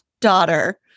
daughter